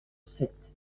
sept